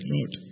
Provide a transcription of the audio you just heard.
Lord